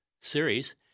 series